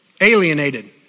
alienated